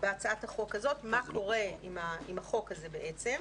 בהצעת החוק הזאת מה קורה עם החוק הזה בעצם.